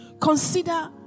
Consider